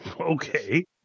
okay